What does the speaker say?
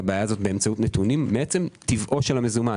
הבעיה בנתונים מעצם טבעו של המזומן.